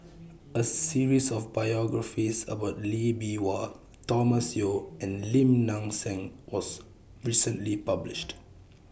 A series of biographies about Lee Bee Wah Thomas Yeo and Lim Nang Seng was recently published